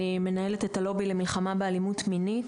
אני מנהלת את הלובי למלחמה באלימות מינית.